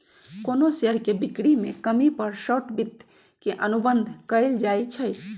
कोनो शेयर के बिक्री में कमी पर शॉर्ट वित्त के अनुबंध कएल जाई छई